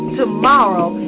tomorrow